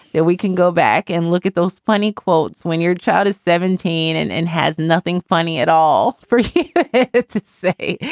that we can go back and look at those funny quotes when your child is seventeen and and has nothing funny at all for him to say.